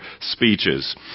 speeches